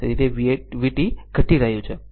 તેથી તે vt ઘટી રહ્યું છે